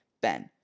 Ben